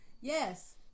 Yes